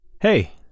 Hey